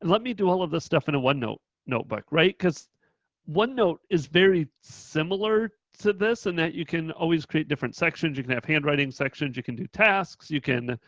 and let me do all of this stuff in a onenote notebook. cause, onenote is very similar to this and that you can always create different sections. you can have handwriting sections, you can do tasks, you can